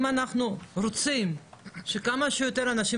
אם אנחנו רוצים שכמה שיותר אנשים